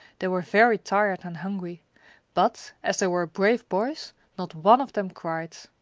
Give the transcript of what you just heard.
they were very tired and hungry but, as they were brave boys, not one of them cried.